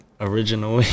original